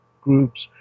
groups